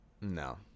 No